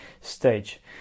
stage